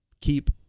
keep